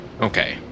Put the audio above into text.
Okay